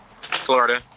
Florida